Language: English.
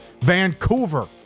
Vancouver